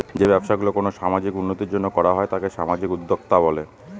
যে ব্যবসা গুলো কোনো সামাজিক উন্নতির জন্য করা হয় তাকে সামাজিক উদ্যক্তা বলে